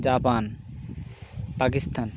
Japan Pakistan